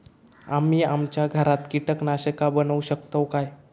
आम्ही आमच्या घरात कीटकनाशका बनवू शकताव काय?